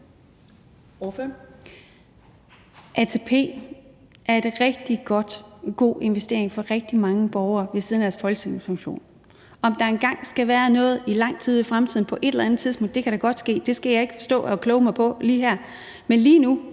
ATP er en rigtig god investering for rigtig mange borgere ved siden af deres folkepension. Om der engang lang tid ude i fremtiden på et eller andet tidspunkt skal være noget, kan da godt ske, det skal jeg ikke stå og kloge mig på lige her, men lige nu